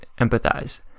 empathize